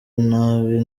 nabi